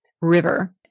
river